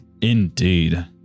Indeed